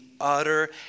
utter